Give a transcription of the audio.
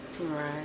Right